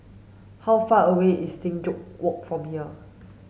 how far away is Sing Joo Walk from here